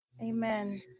Amen